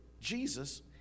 Jesus